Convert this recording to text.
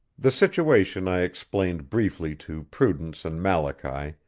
the situation i explained briefly to prudence and malachy,